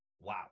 Wow